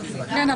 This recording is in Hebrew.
כן.